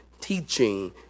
teaching